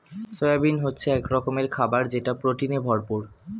soybean হচ্ছে এক রকমের খাবার যেটা প্রোটিনে ভরপুর